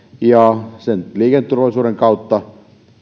ja liikenneturvallisuuden kautta